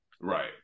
right